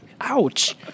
Ouch